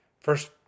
First